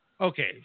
Okay